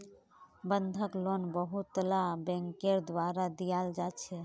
बंधक लोन बहुतला बैंकेर द्वारा दियाल जा छे